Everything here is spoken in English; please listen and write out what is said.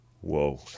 Whoa